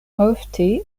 ofte